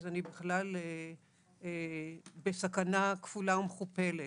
אז אני בכלל בסכנה כפולה ומכופלת.